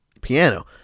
piano